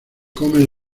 comen